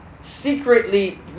secretly